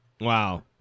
Wow